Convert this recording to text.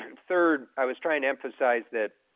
and third, i was trying to emphasize that